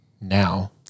now